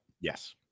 Yes